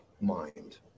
mind